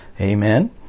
Amen